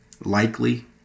likely